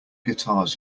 guitars